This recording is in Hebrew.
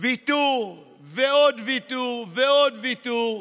ויתור ועוד ויתור ועוד ויתור.